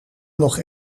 nog